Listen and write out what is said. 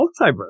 Multiverse